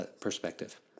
perspective